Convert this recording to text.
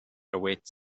awaits